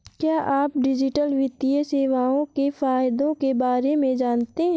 क्या आप डिजिटल वित्तीय सेवाओं के फायदों के बारे में जानते हैं?